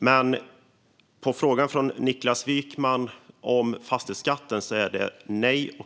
Men svaret på frågan från Niklas Wykman om fastighetsskatten är nej.